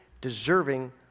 deserving